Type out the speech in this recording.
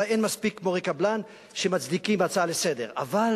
אולי אין מספיק מורי קבלן שמצדיקים הצעה לסדר-היום,